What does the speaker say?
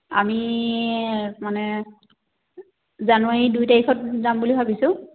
আমি মানে জানুৱাৰী দুই তাৰিখত যাম বুলি ভাবিছোঁ